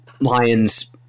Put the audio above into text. Lions